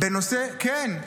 כן.